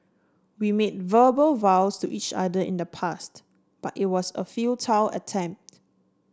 we made verbal vows to each other in the past but it was a futile attempt